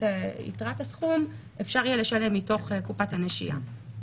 יתרת הסכום אפשר יהיה לשלם מתוך קופת הנשייה.